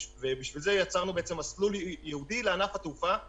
בשביל זה יצרנו מסלול ייעודי לענף התעופה.